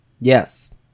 Yes